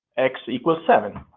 x equals seven.